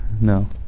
No